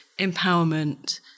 empowerment